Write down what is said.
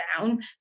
down